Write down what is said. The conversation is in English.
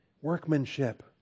Workmanship